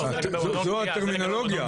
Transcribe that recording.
זו הטרמינולוגיה.